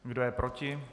Kdo je proti?